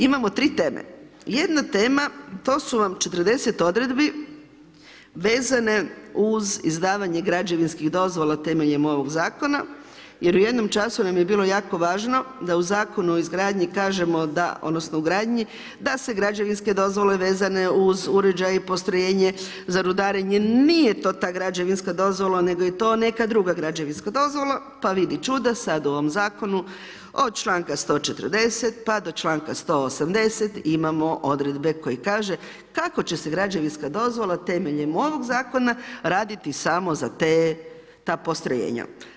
Imamo 3 teme, jedna tema, to su vam 40 odredbi vezane uz izdavanje građevinskih dozvola temeljem ovoga zakona jer u jednom času nam je bilo jako važno da u Zakonu o izgradnji kažemo da odnosno ugradnji, da se građevinske dozvole vezane uz uređaje i postrojenje za rudarenje nije to ta građevinska dozvola nego je to neka druga građevinska dozvola pa vidi čuda, sad u ovom zakonu od članka 140. pa do 180. imamo odredbe koje kažu kako će se građevinska dozvola temeljem ovoga zakona raditi samo za ta postrojenja.